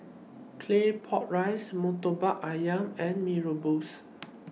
Claypot Rice Murtabak Ayam and Mee Rebus